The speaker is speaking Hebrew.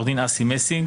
עו"ד אסי מסינג,